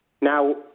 Now